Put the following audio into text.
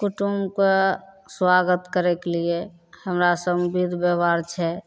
कुटुमके सुआगत करैके लिए हमरा सभमे विध बेवहार छै